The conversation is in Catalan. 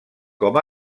com